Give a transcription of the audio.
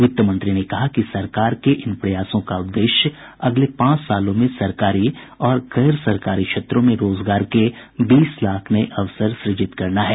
वित्त मंत्री ने कहा कि सरकार के इन प्रयासों का उद्देश्य अगले पांच सालों में सरकारी और गैर सरकारी क्षेत्रों में रोजगार के बीस लाख नये अवसर सृजित करना है